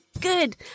good